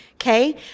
Okay